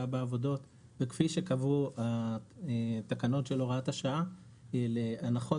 בעבודות וכפי שקבעו התקנות של הוראת השעה להנחות